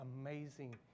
amazing